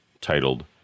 titled